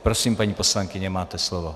Prosím, paní poslankyně, máte slovo.